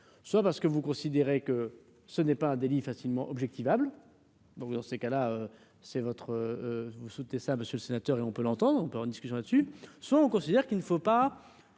Soit parce que vous considérez que ce n'est pas un délit facilement objective able donc dans ces cas-là, c'est votre vous soutenez ça monsieur le sénateur, et on peut. Attends, on peut en discussion là-dessus, soit on considère qu'il ne faut pas